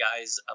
guys